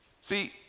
See